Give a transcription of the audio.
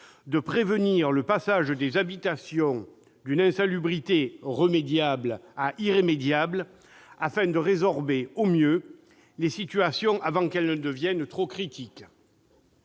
de prévenir le passage des habitations d'une insalubrité remédiable à une insalubrité irrémédiable, afin de résorber au mieux les situations avant qu'elles ne deviennent trop critiques.